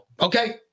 Okay